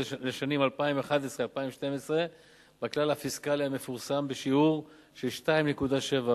לשנים 2011 ו-2012 בכלל הפיסקלי המפורסם בשיעור 2.7%,